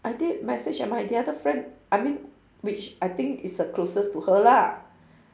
I did message and my the other friend I mean which I think is a closest to her lah